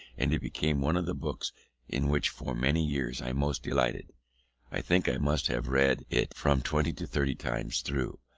and it became one of the books in which for many years i most delighted i think i must have read it from twenty to thirty times through.